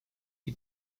die